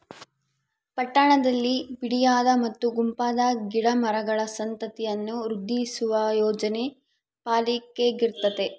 ಪಟ್ಟಣದಲ್ಲಿ ಬಿಡಿಯಾದ ಮತ್ತು ಗುಂಪಾದ ಗಿಡ ಮರಗಳ ಸಂತತಿಯನ್ನು ವೃದ್ಧಿಸುವ ಯೋಜನೆ ಪಾಲಿಕೆಗಿರ್ತತೆ